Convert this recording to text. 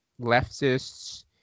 leftists